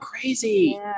crazy